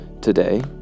today